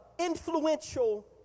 influential